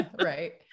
Right